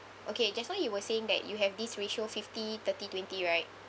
okay just now you were saying that you have this ratio fifty thirty twenty right